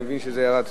אני מבין שזה ירד.